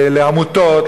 לעמותות,